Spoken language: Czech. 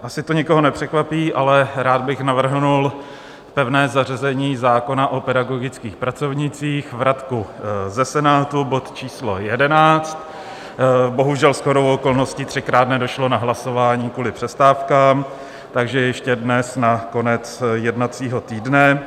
Asi to nikoho nepřekvapí, ale rád bych navrhl pevné zařazení zákona o pedagogických pracovnících, vratku ze Senátu, bod číslo 11, bohužel, shodou okolností třikrát nedošlo na hlasování kvůli přestávkám, takže ještě dnes na konec jednacího týdne.